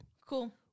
Cool